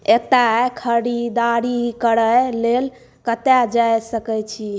एतय खरीदारी करय लेल कतय जा सकै छी